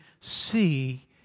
see